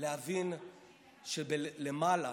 להבין שלמעלה